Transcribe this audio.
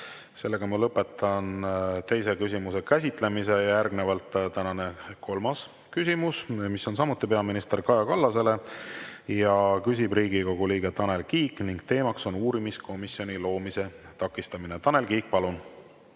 Aitäh! Ma lõpetan teise küsimuse käsitlemise. Järgnevalt tänane kolmas küsimus, mis on samuti peaminister Kaja Kallasele. Küsib Riigikogu liige Tanel Kiik ning teema on uurimiskomisjoni loomise takistamine. Tanel Kiik, palun!